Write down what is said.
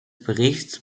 berichts